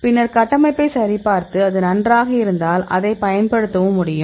பின்னர் கட்டமைப்பை சரிபார்த்து அது நன்றாக இருந்தால் அதைப் பயன்படுத்தவும் முடியும்